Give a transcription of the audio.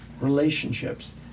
relationships